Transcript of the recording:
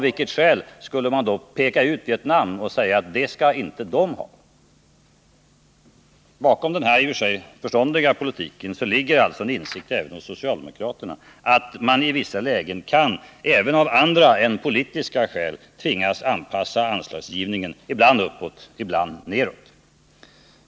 Bakom den här i och för sig förståndiga politiken ligger alltså en insikt även hos socialdemokraterna att mani vissa lägen — även av andra än politiska skäl — kan tvingas anpassa anslagsgivningen, ibland uppåt, ibland nedåt.